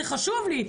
זה חשוב לי,